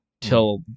till